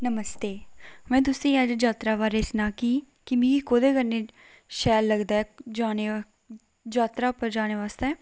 नमस्ते में तुसें गी अज्ज यात्रा बारे च सनागी कि मी कोह्दे कन्नै शैल लगदा ऐ जाने यात्रा उप्पर जाने आस्तै